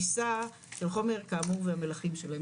תמיסה וחומר כאמור והמלחים שלהם,